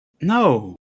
No